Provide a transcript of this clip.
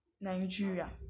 nigeria